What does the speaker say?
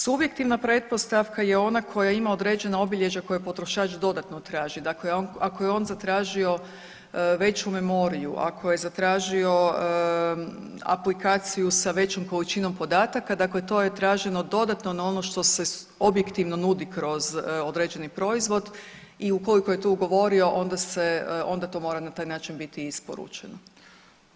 Subjektivna pretpostavka je ona koja ima određena obilježja koja potrošač dodatno traži, dakle ako je on zatražio veću memoriju, ako je zatražio aplikaciju sa većom količinom podataka dakle to je traženo dodatno na ono što se objektivno nudi kroz određeni proizvod i ukoliko je to ugovorio onda to mora na taj način biti i isporučeno.